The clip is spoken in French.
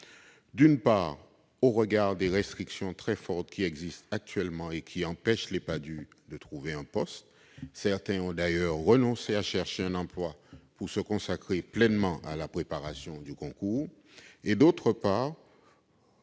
d'une part, au regard des restrictions très fortes qui existent actuellement et qui empêchent les Padhue de trouver un poste- certains d'entre eux ont d'ailleurs renoncé à chercher un emploi pour se consacrer pleinement à la préparation du concours -, et, d'autre part,